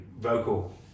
vocal